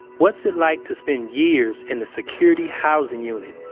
what's it like to spend years in the security housing unit,